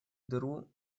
дыру